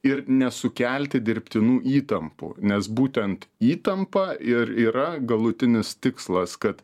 ir nesukelti dirbtinų įtampų nes būtent įtampa ir yra galutinis tikslas kad